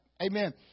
Amen